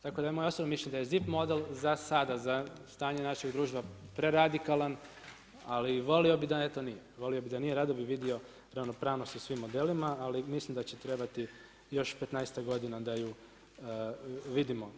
Tako da je moje osobno mišljenje da je ZIP model za sada za stanje našeg društva preradikalan, ali volio bi eto da nije, volio bi da nije, rado bi vidio ravnopravnost u svim modelima, ali mislim da će trebati još petnaestak godina da ju vidimo.